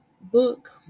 book